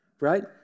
right